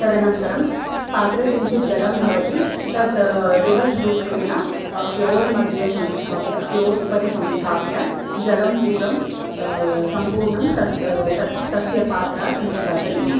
तदनन्तरं पात्रे किञ्चित् जलं भवति तत् रिवर् रूपेण फ़्लोर्मध्ये संस्थाप्य फ़्लोर् उपरि संस्थाप्य जलं पूरं सम्पूर्णं तत् तत् तस्य पात्रात् निष्कासनीयम्